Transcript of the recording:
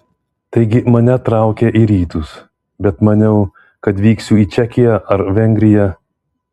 taigi mane traukė į rytus bet maniau kad vyksiu į čekiją ar vengriją